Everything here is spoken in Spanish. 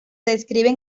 describen